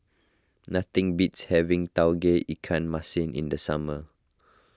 nothing beats having Tauge Ikan Masin in the summer